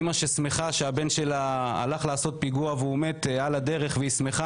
אימא ששמחה שהבן שלה הלך לעשות פיגוע והוא מת על הדרך והיא שמחה,